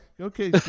okay